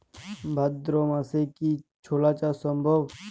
ভাদ্র মাসে কি ছোলা চাষ সম্ভব?